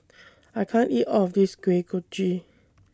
I can't eat of This Kuih Kochi